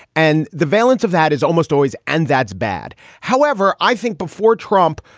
and the valence of that is almost always end. that's bad. however, i think before trump,